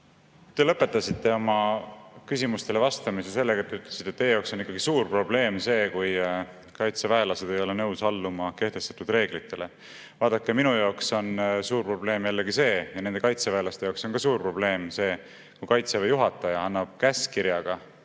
Te lõpetasite oma küsimustele vastamise sellega, et ütlesite, et teie jaoks on suur probleem see, kui kaitseväelased ei ole nõus alluma kehtestatud reeglitele. Vaadake, minu jaoks on suur probleem jällegi see ja nende kaitseväelaste jaoks on ka suur probleem see, kui Kaitseväe juhataja annab käskkirja